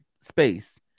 space